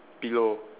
pillow